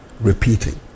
repeating